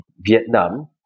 Vietnam